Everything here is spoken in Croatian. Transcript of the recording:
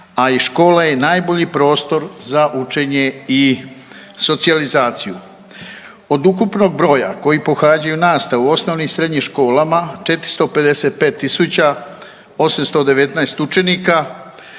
a i škola je najbolji prostor za učenje i socijalizaciju. Od ukupnog broja koji pohađaju nastavu u osnovnim i srednjim školama 455 tisuća 819 učenika